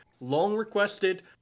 long-requested